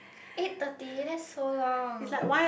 eight thirty that's so long